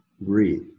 breathe